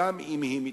גם אם היא מתאחרת.